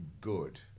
good